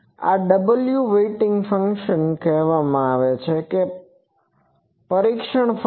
આ wને weighting function કહેવામાં આવે છે કે પરીક્ષણ ફંક્શન